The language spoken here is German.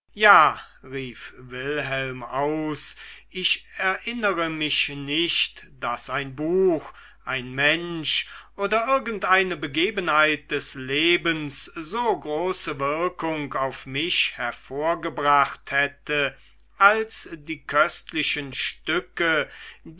ja rief wilhelm aus ich erinnere mich nicht daß ein buch ein mensch oder irgendeine begebenheit des lebens so große wirkungen auf mich hervorgebracht hätte als die köstlichen stücke